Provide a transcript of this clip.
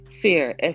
fear